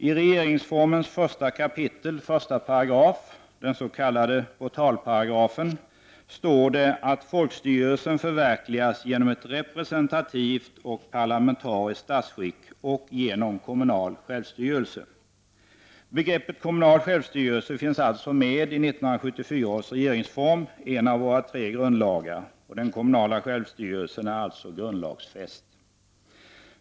I regeringsformen 1 kap. 1 §, den s.k. portalparagrafen, står det att folkstyrelsen förverkligas genom ett representativt och parlamentariskt statsskick och genom kommunal självstyrelse. Begreppet kommunal självstyrelse finns således med i 1974 års regeringsform, en av våra tre grundlagar. Den kommunala självstyrelsen är därmed grundlagsfäst.